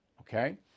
okay